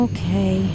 Okay